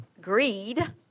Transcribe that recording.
greed